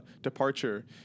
departure